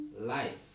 life